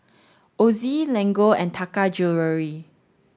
Ozi Lego and Taka Jewelry